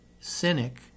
cynic